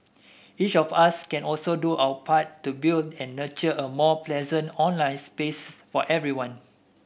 each of us can also do our part to build and nurture a more pleasant online space for everyone